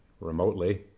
remotely